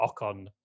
Ocon